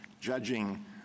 judging